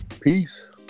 Peace